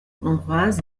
hongroise